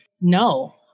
No